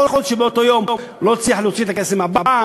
יכול להיות שבאותו היום הוא לא הצליח להוציא את הכסף מהבנק,